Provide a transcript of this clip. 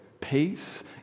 peace